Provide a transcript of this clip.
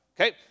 Okay